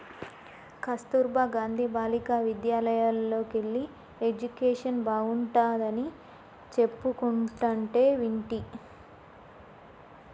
కస్తుర్బా గాంధీ బాలికా విద్యాలయల్లోకెల్లి ఎడ్యుకేషన్ బాగుంటాడని చెప్పుకుంటంటే వింటి